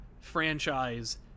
franchise